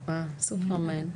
סופרמן.